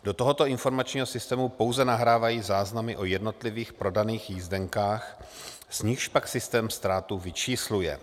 Do tohoto informačního systému pouze nahrávají záznamy o jednotlivých prodaných jízdenkách, z nichž pak systém ztrátu vyčísluje.